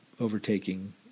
overtaking